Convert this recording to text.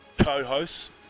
co-hosts